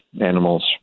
animals